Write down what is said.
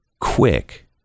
quick